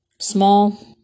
small